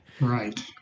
Right